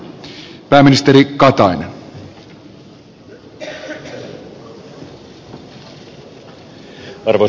arvoisa herra puhemies